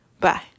Bye